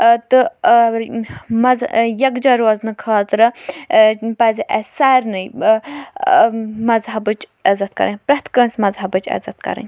تہٕ مَز یَکجہ روزنہٕ خٲطرٕ پَزِ اَسہِ سارنٕے مَذہَبٕچ عزت کَرٕنۍ پرٛٮ۪تھ کٲنٛسہِ مذہَبٕچ عزت کَرٕنۍ